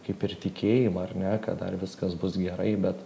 kaip ir tikėjimą ar ne kad dar viskas bus gerai bet